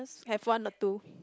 I've won the two